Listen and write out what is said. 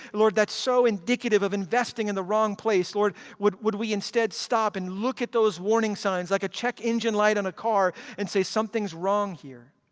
lord that's so indicative of investing in the wrong place. lord would would we instead stop and look at those warning signs like a check engine light on a car and say something's wrong here,